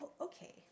okay